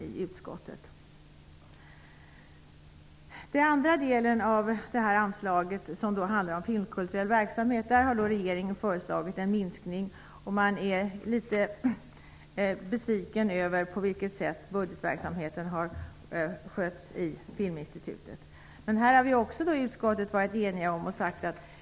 När det gäller den andra delen av anslaget som skall gå till filmkulturell verksamhet har regeringen föreslagit en minskning. Man är litet besviken över det sätt på vilket Filminstitutet har skött budgetverksamheten. Här har vi i utskottet också varit eniga.